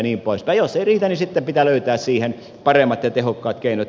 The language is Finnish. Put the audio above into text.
jos ei riitä sitten pitää löytää siihen paremmat ja tehokkaammat keinot